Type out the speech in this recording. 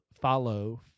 follow